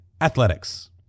athletics